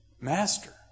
Master